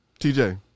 TJ